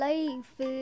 Life